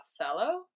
Othello